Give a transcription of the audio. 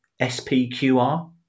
SPQR